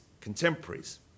contemporaries